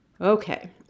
Okay